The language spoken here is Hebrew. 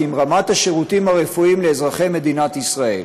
כי אם את רמת השירותים הרפואיים לאזרחי מדינת ישראל,